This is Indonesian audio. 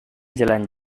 jalan